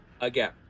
Again